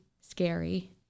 scary